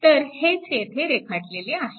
तर हेच येथे रेखाटलेले आहे